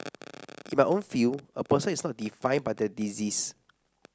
in my own field a person is not defined by their disease